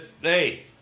Hey